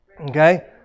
Okay